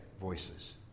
voices